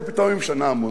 פתאום היא משנה המון.